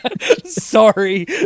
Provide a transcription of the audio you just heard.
Sorry